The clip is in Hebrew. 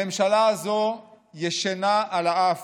הממשלה הזו ישנה על האף.